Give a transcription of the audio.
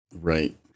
Right